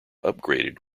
upgraded